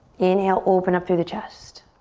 inhale, open up through the chest.